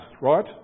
right